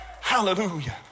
hallelujah